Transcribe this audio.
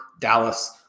dallas